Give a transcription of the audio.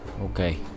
Okay